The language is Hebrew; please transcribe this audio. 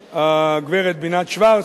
הגברת בינת שוורץ,